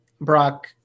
Brock